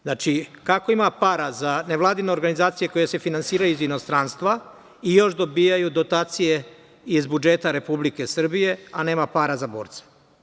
Znači, kako ima para za nevladine organizacije koje se finansiraju iz inostranstva i još dobijaju dotacije iz budžeta Republike Srbije, a nema para za borce?